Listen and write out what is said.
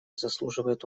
заслуживает